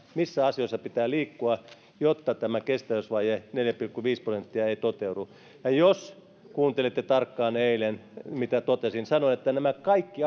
missä asioissa meidän pitää liikkua jotta tämä kestävyysvaje neljä pilkku viisi prosenttia ei toteudu jos kuuntelitte tarkkaan eilen mitä totesin niin sanoin että nämä kaikki